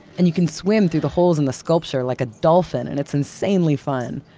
and you can swim through the holes in the sculpture like a dolphin, and it's insanely fun.